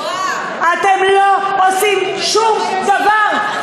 אתם לא עושים שום דבר.